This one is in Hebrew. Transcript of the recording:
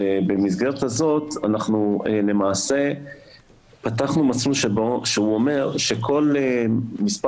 ובמסגרת הזאת אנחנו למעשה פתחנו מסלול שאומר שכל מספר